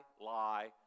lie